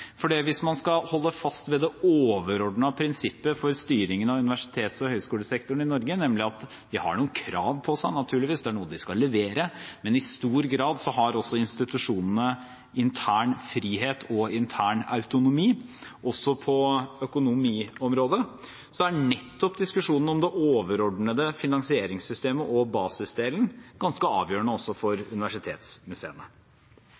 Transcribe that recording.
hvis man skal holde fast ved det overordnede prinsippet for styringen av universitets- og høyskolesektoren i Norge, nemlig at de naturligvis har noen krav til seg, at det er noe de skal levere, men at institusjonene i stor grad har intern frihet og intern autonomi, også på økonomiområdet, er nettopp diskusjonen om det overordnede finansieringssystemet og basisdelen ganske avgjørende også for universitetsmuseene.